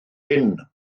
hyn